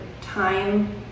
time